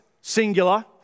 singular